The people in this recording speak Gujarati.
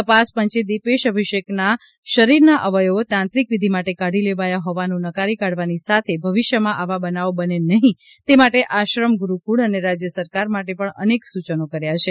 તપાસ પંચે દિપેશ અભિષેકના શરીરના અવયવો તાંત્રિક વિધી માટે કાઢી લેવાયા હોવાનું નકારી કાઢવાની સાથે ભવિષ્યમાં આવા બનાવો બને નહીં તે માટે આશ્રમ ગુરૂકુળ અને રાજ્ય સરકાર માટે પણ અનેક સૂચનો કર્યા છે